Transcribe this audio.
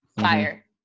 fire